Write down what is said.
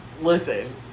listen